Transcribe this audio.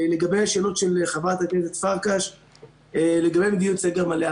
לגבי השאלות של חברת הכנסת פרקש לגבי מדיניות סגר מלא.